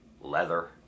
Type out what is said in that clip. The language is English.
leather